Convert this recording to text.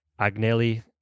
Agnelli